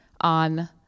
on